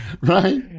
right